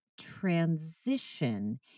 transition